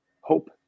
hope